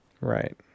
Right